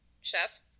Chef